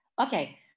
Okay